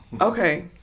Okay